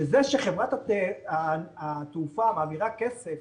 שזה שחברת התעופה מעבירה כסף